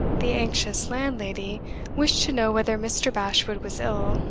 the anxious landlady wished to know whether mr. bashwood was ill,